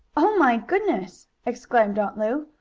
oh my goodness! exclaimed aunt lu.